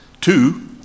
two